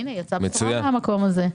הינה, יצאה בשורה מהמקום הזה.